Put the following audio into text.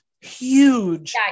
huge